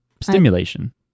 stimulation